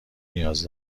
نیاز